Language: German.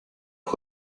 wir